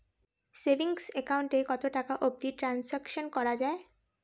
Savings account এ কতো টাকা অবধি ট্রানসাকশান করা য়ায়?